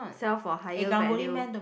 sell for higher value